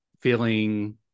feeling